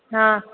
हा